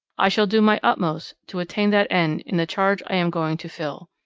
i shall do my utmost to attain that end in the charge i am going to fill.